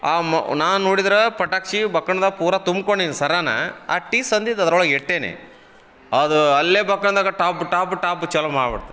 ಆ ಮ ನಾ ನೋಡಿದ್ರ ಪಟಾಕ್ಸಿ ಬಕ್ಕಣ್ದಾಗ ಪೂರ ತುಂಬ್ಕೊಂಡಿವ್ನ ಸರಾನ ಆ ಟಿಸ್ ಅಂದಿದ್ದು ಅದರೊಳಗಿಟ್ಟೆನಿ ಅದು ಅಲ್ಲೇ ಬಕ್ಕಣ್ದಾಗ ಟಾಬ್ ಟಾಬ್ ಟಾಬ್ ಚಾಲು ಮಾಡ್ಬಿಡ್ತ